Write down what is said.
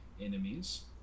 enemies